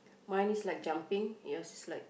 mine is like jumping yours is like